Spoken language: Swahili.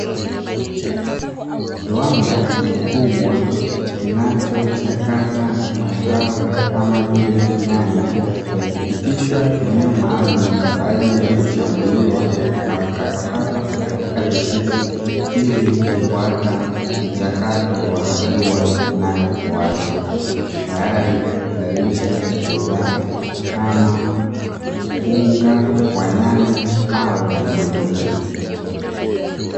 Kiwanda kikubwa kinachochakata mazao kama vile nyanya, yakipitishwa eneo maalumu kwa ajili ya kuchambuliwa na kukatwakatwa katika vipisi, ili kufuata mchakato wa hatua inayofuata, tayari kuzalisha bidhaa kama unga wa nyanya au kimiminika.